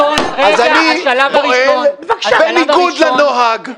אז אני נוהג בניגוד לנוהג,